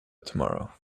tomorrow